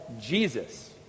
Jesus